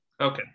Okay